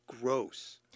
gross